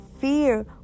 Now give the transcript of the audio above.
fear